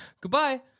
Goodbye